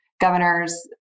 governors